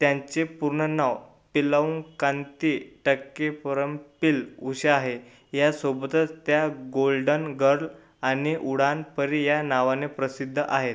त्यांचे पूर्ण नाव पिल्लावुंकांती टक्केपरंपिल उषा आहे यासोबतच त्या गोल्डन गर्ल आणि उडान परी या नावाने प्रसिद्ध आहे